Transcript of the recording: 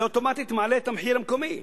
אוטומטית זה מעלה את המחיר המקומי.